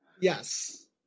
Yes